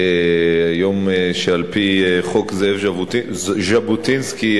היום שעל-פי חוק זאב ז'בוטינסקי,